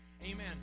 Amen